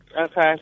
Okay